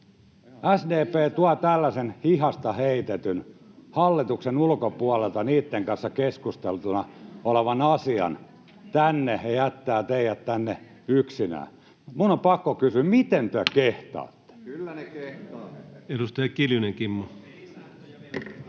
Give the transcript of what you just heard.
SDP tuo tällaisen hihasta heitetyn, hallituksen ulkopuolelta heidän kanssaan keskustellun asian tänne ja jättää teidät tänne yksinään. Minun on pakko kysyä: miten te